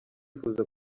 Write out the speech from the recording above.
yifuza